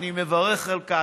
אני מברך על כך.